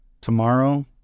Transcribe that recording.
tomorrow